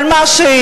על מה שהיא,